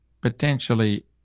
potentially